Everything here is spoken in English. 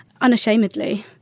unashamedly